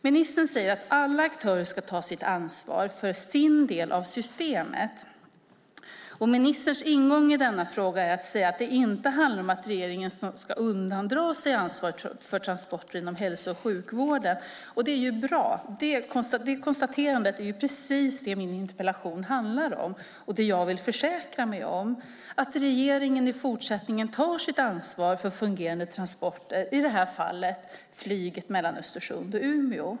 Ministern säger att alla aktörer ska ta sitt ansvar för sin del av systemet. Ministerns ingång i denna fråga är att säga att det inte handlar om att regeringen ska undandra sig ansvaret för transporter inom hälso och sjukvården. Det är ju bra. Det konstaterandet gäller precis det som min interpellation handlar om och det jag vill försäkra mig om. Det är att regeringen i fortsättningen tar sitt ansvar för fungerande transporter och i det här fallet flyget mellan Östersund och Umeå.